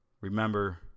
Remember